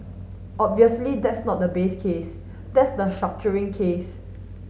obviously that's not the base case that's the structuring case